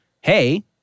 hey